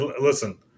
Listen